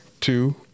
two